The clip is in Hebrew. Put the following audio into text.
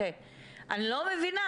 אני לא מבינה.